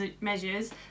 measures